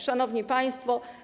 Szanowni Państwo!